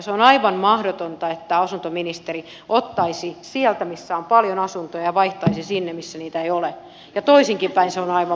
se on aivan mahdotonta että asuntoministeri ottaisi sieltä missä on paljon asuntoja ja vaihtaisi sinne missä niitä ei ole ja toisinkinpäin se on aivan mahdoton projekti